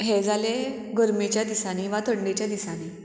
हें जालें गरमेच्या दिसांनी वा थंडेच्या दिसांनी